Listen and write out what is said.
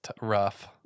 rough